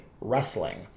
wrestling